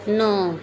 ਨੌਂ